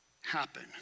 happen